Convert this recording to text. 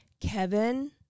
Kevin